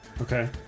Okay